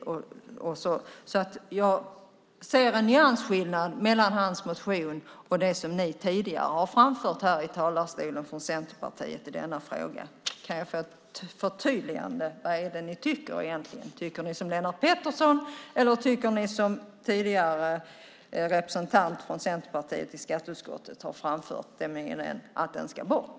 Jag ser en nyansskillnad mellan hans motion och det som Centerpartiet tidigare har framfört i talarstolen i denna fråga. Kan jag få ett förtydligande? Vad tycker ni egentligen? Tycker ni som Lennart Pettersson eller tycker ni det som tidigare representant i skatteutskottet har framfört, nämligen att den ska bort?